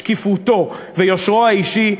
שקיפותו ויושרו האישי,